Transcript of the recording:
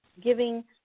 giving